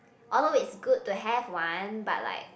although it's good to have one but like